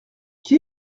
qui